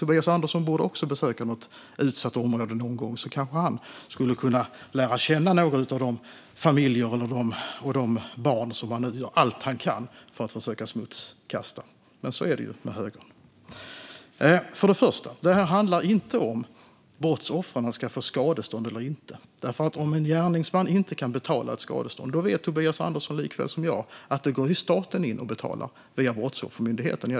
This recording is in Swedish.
Även Tobias Andersson borde besöka ett utsatt område någon gång så att han kunde lära känna några av de familjer och de barn som han nu gör allt han kan för att smutskasta. Men så där är det ju med högern. Först och främst handlar detta inte om huruvida brottsoffren ska få skadestånd eller inte. Om en gärningsman inte kan betala ett skadestånd går staten in och betalar via Brottsoffermyndigheten. Det vet Tobias Andersson likaväl som jag.